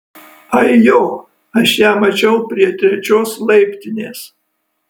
ai jo aš ją mačiau prie trečios laiptinės